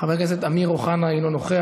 חבר הכנסת אמיר אוחנה, אינו נוכח,